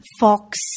Fox